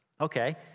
Okay